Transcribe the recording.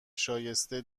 شایسته